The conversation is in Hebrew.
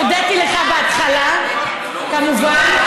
הודיתי לך בהתחלה, כמובן.